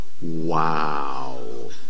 wow